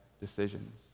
decisions